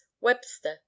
Webster